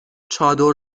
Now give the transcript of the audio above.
چادر